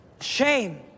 Shame